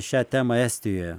šią temą estijoje